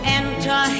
enter